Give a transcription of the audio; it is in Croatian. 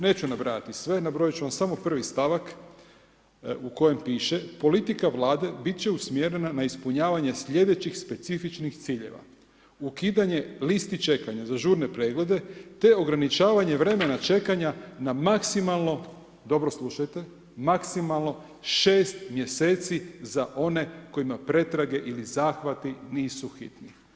Neću nabrajati sve nabrojit ću vam samo prvi stavak u kojem piše: Politika Vlade bit će usmjerena na ispunjavanje slijedećih specifičnih ciljeva: ukidanje listi čekanja za žurne preglede, te ograničavanje vremena čekanja na maksimalno, dobro slušajte, maksimalno 6 mjeseci za one kojima pretrage ili zahvati nisu hitni.